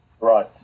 Right